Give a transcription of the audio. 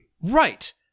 Right